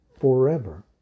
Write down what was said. forever